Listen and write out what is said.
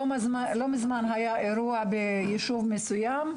לא מזמן היה אירוע ביישוב מסוים,